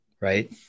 Right